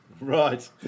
Right